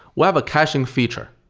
we have a caching feature.